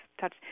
touch